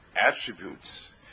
attributes